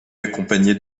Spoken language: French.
accompagné